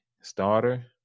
starter